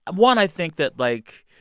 one, i think that like,